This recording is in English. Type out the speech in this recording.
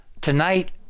tonight